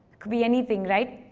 could be anything, right?